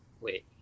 wait